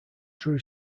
drew